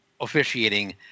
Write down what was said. officiating